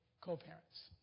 co-parents